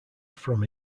from